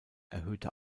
erhöhte